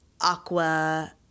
aqua